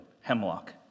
hemlock